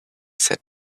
said